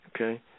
Okay